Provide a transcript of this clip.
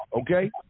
Okay